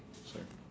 sorry